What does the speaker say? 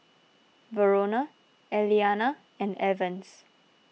Verona Eliana and Evans